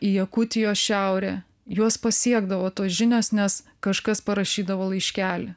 į jakutijos šiaurę juos pasiekdavo tos žinios nes kažkas parašydavo laiškelį